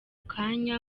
kanya